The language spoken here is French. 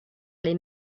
les